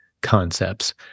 concepts